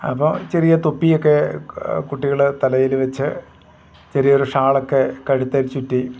അപ്പം ചെറിയ തൊപ്പിയൊക്കെ കുട്ടികൾ തലയിൽ വെച്ച് ചെറിയൊരു ഷാളൊക്കെ കഴുത്തിൽ ചുറ്റി